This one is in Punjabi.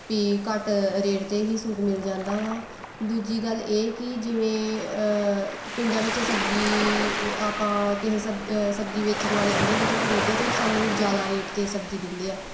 ਵੀ ਘੱਟ ਰੇਟ 'ਤੇ ਹੀ ਸੂਟ ਮਿਲ ਜਾਂਦਾ ਵਾ ਦੂਜੀ ਗੱਲ ਇਹ ਕਿ ਜਿਵੇਂ ਪਿੰਡਾਂ ਵਿੱਚ ਸਬਜ਼ੀ ਆਪਾਂ ਕਿਸੇ ਸਬ ਸਬਜ਼ੀ ਵੇਚਣ ਵਾਲੇ ਆਉਂਦੇ ਉਹਨਾਂ ਤੋਂ ਖਰੀਦਦੇ ਹਾਂ ਅਤੇ ਉਹ ਸਾਨੂੰ ਜ਼ਿਆਦਾ ਰੇਟ 'ਤੇ ਸਬਜ਼ੀ ਦਿੰਦੇ ਆ